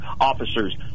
officers